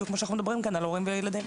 בדיוק כפי שאנחנו מדברים כאן על הורים וילדים?